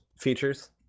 Features